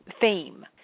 fame